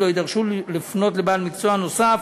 ולא יידרשו לפנות לבעל מקצוע נוסף